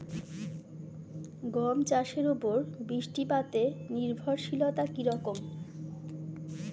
গম চাষের উপর বৃষ্টিপাতে নির্ভরশীলতা কী রকম?